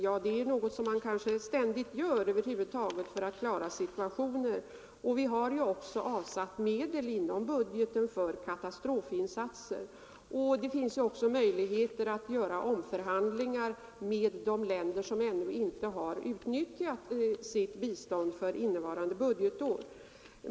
Ja, det är något som vi ständigt gör för att klara olika situationer, och vi har också inom budgetens ram avsatt medel för katastrofinsatser. Vidare finns det möjligheter att göra omförhandlingar med de länder som ännu inte har utnyttjat sitt bistånd för det innevarande budgetår.